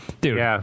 dude